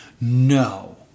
No